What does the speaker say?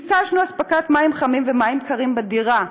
ביקשנו אספקת מים חמים ומים קרים בדירה.